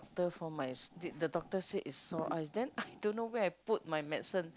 for for my s~ did the doctor say it's sore eyes then I don't know where I put my medicine